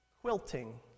quilting